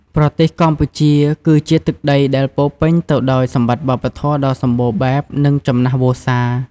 ប្រទេសកម្ពុជា គឺជាទឹកដីដែលពោរពេញទៅដោយសម្បត្តិវប្បធម៌ដ៏សម្បូរបែប និងចំណាស់វស្សា។